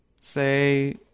Say